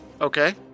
Okay